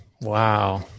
Wow